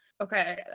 okay